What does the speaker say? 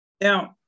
now